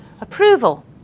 approval